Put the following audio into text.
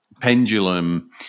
pendulum